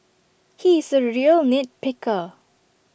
he is A real nit picker